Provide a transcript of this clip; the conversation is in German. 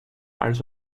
als